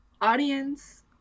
Audience